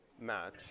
match